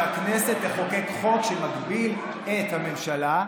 שהכנסת תחוקק חוק שמגביל את הממשלה,